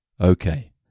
Okay